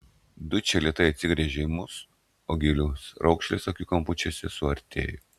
dučė lėtai atsigręžė į mus o gilios raukšlės akių kampučiuose suartėjo